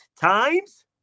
times